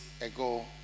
ago